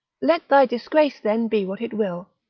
let thy disgrace then be what it will,